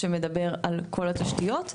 שמדבר על כל התשתיות.